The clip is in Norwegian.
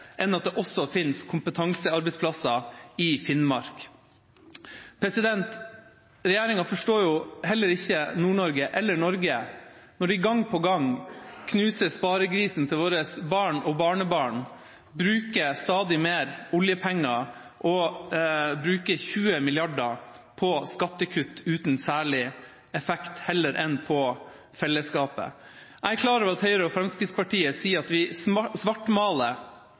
enn at det også fins kompetansearbeidsplasser i Finnmark. Regjeringa forstår heller ikke Nord-Norge eller Norge når de gang på gang knuser sparegrisen til våre barn og barnebarn, bruker stadig mer oljepenger og heller bruker 20 mrd. kr på skattekutt, uten særlig effekt, enn på fellesskapet. Jeg er klar over at Høyre og Fremskrittspartiet sier at vi